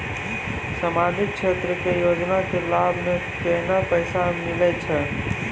समाजिक क्षेत्र के योजना के लाभ मे केतना पैसा मिलै छै?